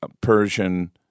Persian